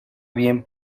bien